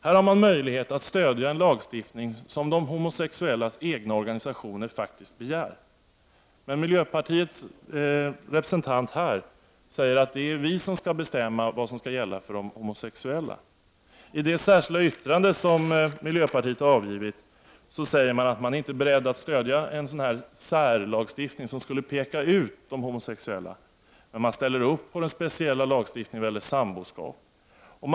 Här har man möjlighet att stödja en lagstiftning som de homosexuellas egna organisationer faktiskt begär, men miljöpartiets representant här säger att det är vi som skall bestämma vad som skall gälla för de homosexuella. I det särskilda yttrande som miljöpartiet har avgivit framhålls att man inte är beredd att stödja en särlagstiftning, som skulle peka ut de homosexuella. Man ställer sig dock bakom den speciella lagstiftningen om homosexuella sambor.